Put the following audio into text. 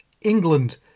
England